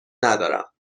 ندارم